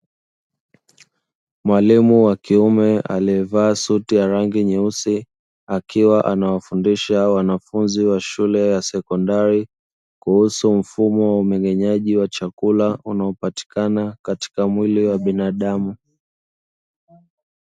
Mwalimu wa kiume aliyevaa suti ya rangi nyeusi, akiwa anawafundisha wanafunzi wa shule ya sekondari, kuhusu mfumo wa umeng'enyaji wa chakula, unaopatikana katika mwili wa binadamu.